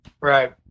Right